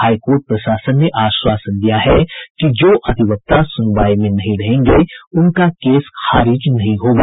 high court प्रशासन ने आश्वासन दिया है कि जो अधिवक्ता सुनवाई में नहीं रहेंगे उनका केस खारिज नहीं होगा